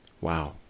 Wow